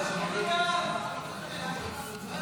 10 והוראת שעה), התשפ"ד 2024, נתקבל.